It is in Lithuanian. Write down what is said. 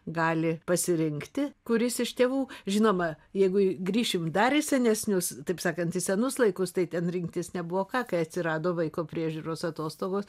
gali pasirinkti kuris iš tėvų žinoma jeigu grįšim dar į senesnius taip sakant į senus laikus tai ten rinktis nebuvo ką kai atsirado vaiko priežiūros atostogos